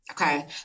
Okay